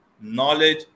knowledge